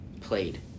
played